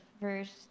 first